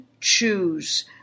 choose